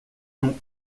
nom